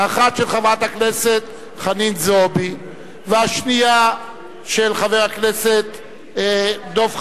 האחת של חברת הכנסת חנין זועבי והשנייה של חבר הכנסת דב חנין,